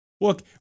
look